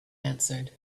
answered